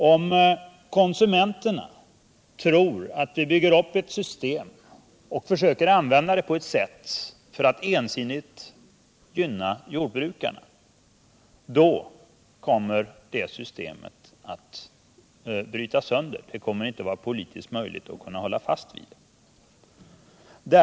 Om konsumenterna tror att vi bygger upp ett system och försöker använda det för att ensidigt hjälpa jordbrukarna, då kommer det systemet att brytas sönder. Det kommer inte att vara 7 politiskt möjligt att hålla fast vid det.